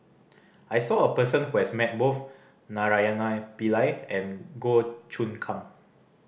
I saw a person who has met both Naraina Pillai and Goh Choon Kang